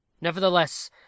nevertheless